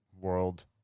world